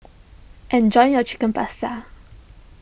enjoy your Chicken Pasta